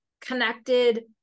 connected